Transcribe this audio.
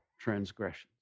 transgressions